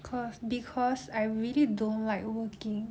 cause because I really don't like working